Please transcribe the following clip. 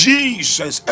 Jesus